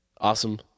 Awesome